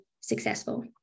successful